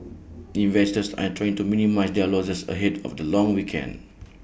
investors are trying to minimise their losses ahead of the long weekend